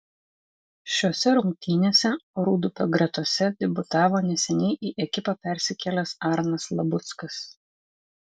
šiose rungtynėse rūdupio gretose debiutavo neseniai į ekipą persikėlęs arnas labuckas